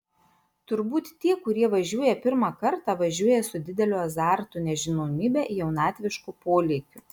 turbūt tie kurie važiuoja pirmą kartą važiuoja su dideliu azartu nežinomybe jaunatvišku polėkiu